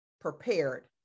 prepared